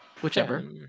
whichever